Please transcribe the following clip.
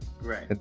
Right